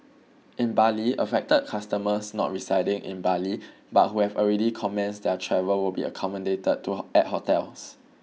in Bali affected customers not residing in Bali but who have already commenced their travel will be accommodated to at hotels